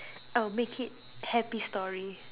I'll make it happy story